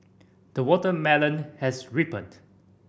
the watermelon has ripened